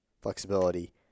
flexibility